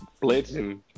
blitzing